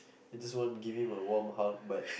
I just want give him a warm hug but